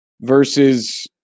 versus